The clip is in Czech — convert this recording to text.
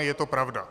Je to pravda.